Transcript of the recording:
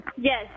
Yes